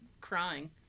crying